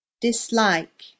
Dislike